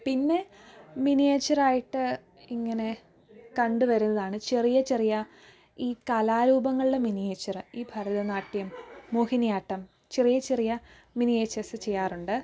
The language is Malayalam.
പിന്നെ മിനിയേച്ചറായിട്ട് ഇങ്ങനെ കണ്ടുവരുന്നതാണ് ചെറിയ ചെറിയ ഈ കലാരൂപങ്ങളുടെ മിനിയേച്ചര് ഈ ഭരതനാട്യം മോഹിനിയാട്ടം ചെറിയ ചെറിയ മിനിയേച്ചേഴ്സ് ചെയ്യാറുണ്ട്